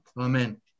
amen